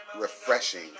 refreshing